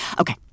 Okay